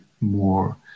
more